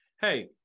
Hey